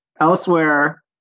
Elsewhere